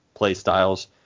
playstyles